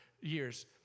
years